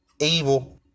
Evil